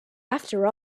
after